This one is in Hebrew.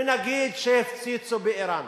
ונגיד שהפציצו באירן